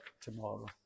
tomorrow